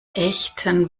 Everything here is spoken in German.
echten